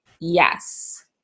yes